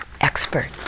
experts